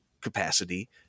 capacity